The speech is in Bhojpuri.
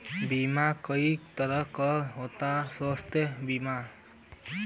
बीमा कई तरह के होता स्वास्थ्य बीमा?